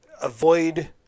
Avoid